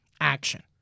action